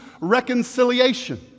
reconciliation